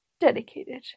dedicated